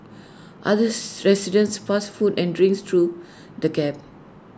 others residents passed food and drinks through the gap